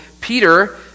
Peter